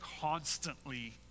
constantly